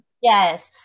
Yes